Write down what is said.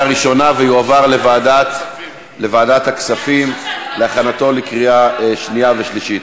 ראשונה ותועבר לוועדת הכספים להכנתה לקריאה שנייה ושלישית.